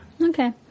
okay